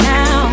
Now